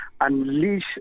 unleash